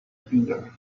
finger